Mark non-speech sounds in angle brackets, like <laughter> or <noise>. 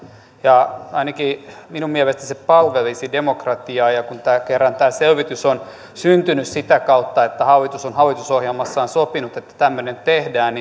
ainakin minun mielestäni se palvelisi demokratiaa ja ja kun kerran tämä selvitys on syntynyt sitä kautta että hallitus on hallitusohjelmassaan sopinut että tämmöinen tehdään <unintelligible>